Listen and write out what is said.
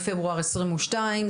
היום 8 בפברואר 2022,